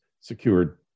secured